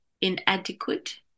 inadequate